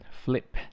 flip